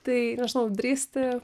tai nežinau drįsti